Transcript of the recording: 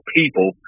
people